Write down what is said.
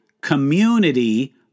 community